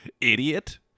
Idiot